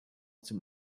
dem